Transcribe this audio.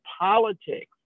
politics